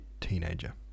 teenager